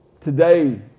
today